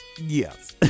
yes